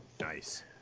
Nice